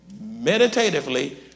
meditatively